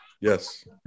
yes